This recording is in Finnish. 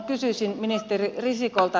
kysyisin ministeri risikolta